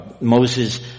Moses